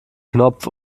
knopf